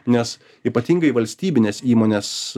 nes ypatingai valstybinės įmonės